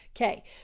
Okay